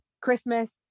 Christmas